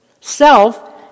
Self